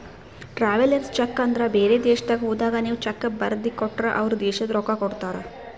travellers cheque ಅಂದುರ್ ಬೇರೆ ದೇಶದಾಗ್ ಹೋದಾಗ ನೀವ್ ಚೆಕ್ ಬರ್ದಿ ಕೊಟ್ಟರ್ ಅವ್ರ ದೇಶದ್ ರೊಕ್ಕಾ ಕೊಡ್ತಾರ